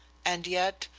and yet,